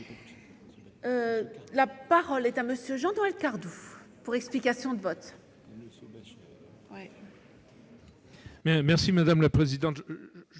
La parole est à M. Jean-Noël Cardoux, pour explication de vote.